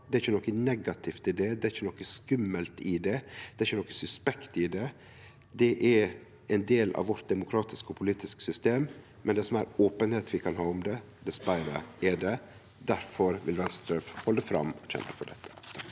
det er ikkje noko negativt i det, det er ikkje noko skummelt i det, det er ikkje noko suspekt i det. Det er ein del av vårt demokratiske og politiske system. Dess meir openheit vi kan ha om det, dess betre er det. Difor vil Venstre halde fram med å kjempe for dette.